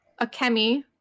Akemi